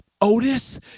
Otis